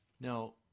Now